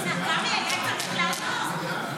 תומכת וזהו.